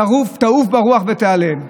תעוף ברוח ותיעלם.